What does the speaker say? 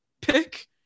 pick